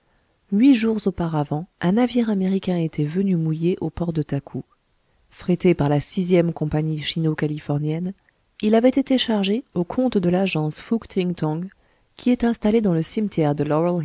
huit jours auparavant un navire américain était venu mouiller au port de takou frété par la sixième compagnie chîno californienne il avait été chargé au compte de l'agence fouk ting tong qui est installée dans le cimetière de